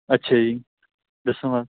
ਅੱਛਾ ਜੀ ਦੱਸੋ ਨਾ